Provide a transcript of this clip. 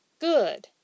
good